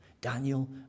Daniel